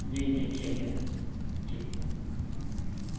جی جی ٹھیک ہے ٹھیک ہے